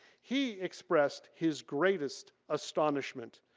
he expressed his greatest astonishment.